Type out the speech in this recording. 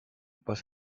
was